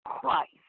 Christ